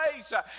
place